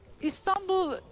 Istanbul